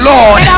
Lord